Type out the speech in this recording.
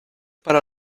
para